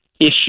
issue